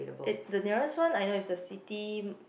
it the nearest one I know is the city